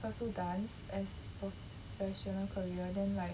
pursue dance as professional career then like